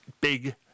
big